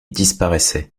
disparaissait